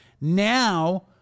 now